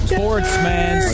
Sportsman